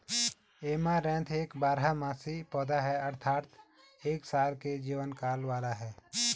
amaranth एक बारहमासी पौधा है अर्थात एक साल के जीवन काल वाला है